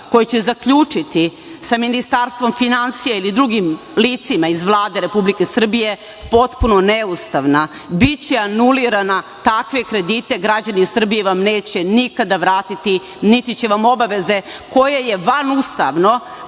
koje će zaključiti sa Ministarstvom finansija i drugim licima iz Vlade Republike Srbije potpuno neustavni, biće anulirani. Takve kredite građani Srbije vam neće nikada vratiti, niti će vam obaveze koje je vanustavno